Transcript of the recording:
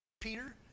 Peter